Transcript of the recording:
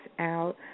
out